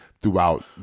throughout